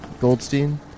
Goldstein